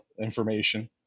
information